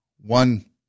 one